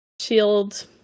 shield